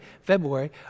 February